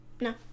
No